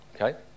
okay